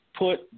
put